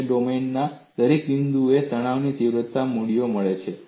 તમને ડોમેનના દરેક બિંદુએ તણાવની તીવ્રતાના મૂલ્યો મળે છે